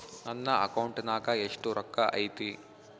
ನನ್ನ ಅಕೌಂಟ್ ನಾಗ ಎಷ್ಟು ರೊಕ್ಕ ಐತಿ?